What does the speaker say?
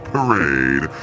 Parade